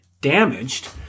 damaged